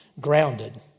grounded